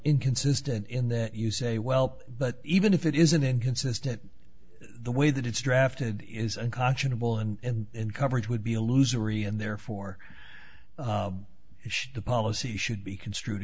inconsistent in that you say well but even if it isn't inconsistent the way that it's drafted is unconscionable and in coverage would be a loser even there for the policy should be construed